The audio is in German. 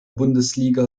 bundesliga